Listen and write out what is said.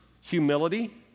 Humility